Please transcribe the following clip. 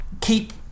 keep